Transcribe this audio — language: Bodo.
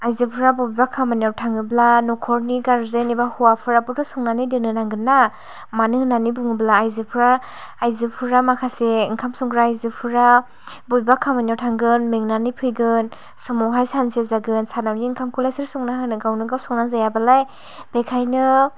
आयजोफ्रा बबेबा खामनियाव थाङोब्ला न'खरनि गारजेन एबा हौवाफोराबोथ' संनानै दोन्नो नांगोन ना मानो होन्नानै बुङोब्ला आयजोफ्रा आयजोफोरा माखासे ओंखाम संग्रा आयजोफोरा बबेबा खामानियाव थांगोन मेंनानै फैगोन समावहाय सानसे जागोन सानावनि ओंखामखौलाय सोर संना होनांगौ गावनो गाव संना जायाबालाय बेखायनो